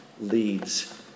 leads